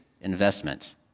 investment